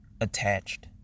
attached